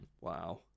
Wow